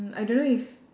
mm I don't know if